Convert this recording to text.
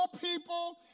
people